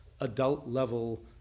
adult-level